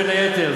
בין היתר,